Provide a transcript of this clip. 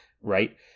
right